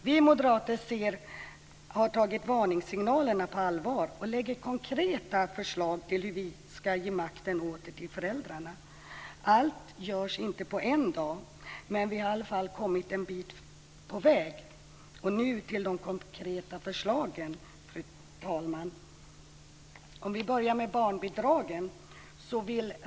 Vi moderater har tagit varningssignalerna på allvar och lägger fram konkreta förslag till hur vi ska ge makten åter till föräldrarna. Allt görs inte på en dag, men vi har i alla fall kommit en bit på väg. Nu till de konkreta förslagen, fru talman. Jag ska börja med barnbidragen.